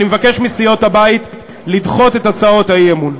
אני מבקש מסיעות הבית לדחות את הצעות האי-אמון.